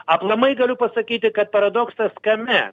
aplamai galiu pasakyti kad paradoksas kame